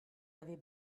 avez